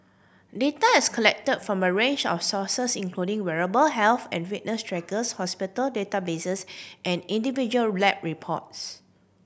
data is collect from a range of sources including wearable health and fitness trackers hospital databases and individual lab reports